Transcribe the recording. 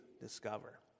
discover